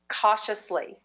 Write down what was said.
cautiously